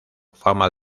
fama